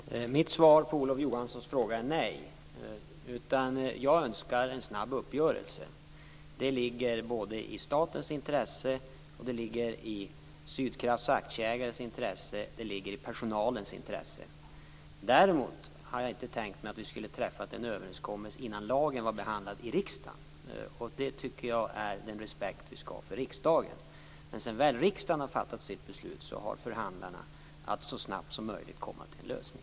Fru talman! Mitt svar på Olof Johanssons fråga är nej. Jag önskar en snabb uppgörelse. Det ligger i statens intresse, i Sydkrafts aktieägares intresse och i personalens intresse. Däremot hade jag inte tänkt mig att vi skulle ha träffat en överenskommelse innan lagen var behandlad i riksdagen. Den respekten tycker jag att vi skall ha för riksdagen. När riksdagen väl har fattat sitt beslut, har förhandlarna att så snabbt som möjligt komma fram till en lösning.